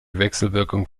wechselwirkung